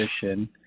position